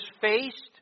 faced